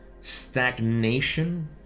stagnation